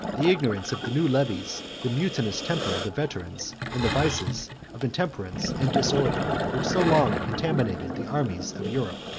the ignorance of the new levies, the mutinous temper of the veterans, and the vices of intemperance and disorder, which so long contaminated the armies of europe.